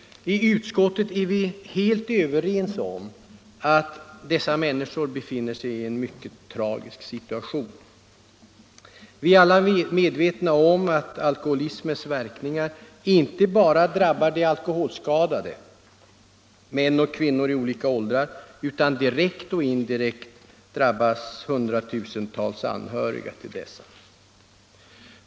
I utskottet är vi helt överens om att dessa människor befinner sig i en mycket tragisk situation. Vi är också medvetna om att alkoholismens verkningar inte bara drabbar de alkoholskadade —- män och kvinnor i olika åldrar — utan direkt och indirekt hundratusentals anhöriga till dessa.